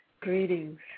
Greetings